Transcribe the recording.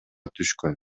түшкөн